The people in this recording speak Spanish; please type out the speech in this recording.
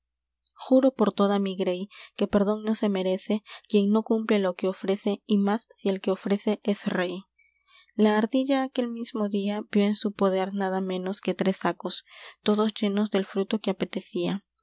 juro por toda m i grey que perdón no se merece quien no cumple lo que ofrece y más si el que ofrece es rey la ardilla aquel mismo día vió en su poder nada menos que tres sacos todos llenos del fruto que apetecía